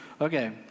Okay